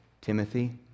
Timothy